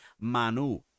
Manu